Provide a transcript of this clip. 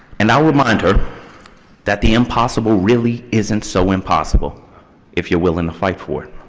and i'll remind her that the impossible really isn't so impossible if you're willing to fight for it.